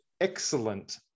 excellent